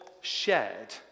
shared